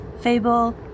Fable